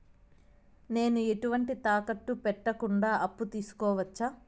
నేను ఎటువంటి తాకట్టు పెట్టకుండా అప్పు తీసుకోవచ్చా?